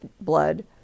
blood